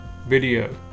video